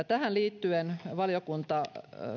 tähän liittyen valiokunta